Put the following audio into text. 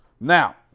Now